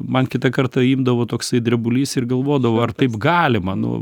man kitą kartą imdavo toksai drebulys ir galvodavau ar taip galima nu